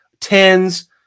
Tens